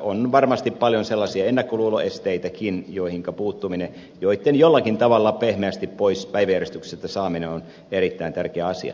on varmasti paljon sellaisia ennakkoluuloesteitäkin joihinka puuttuminen ja joitten jollakin tavalla pehmeästi päiväjärjestyksestä pois saaminen on erittäin tärkeä asia